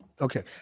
Okay